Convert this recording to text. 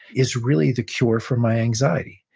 is really the cure for my anxiety.